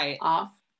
off